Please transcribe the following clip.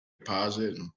deposit